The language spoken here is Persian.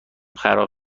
خراب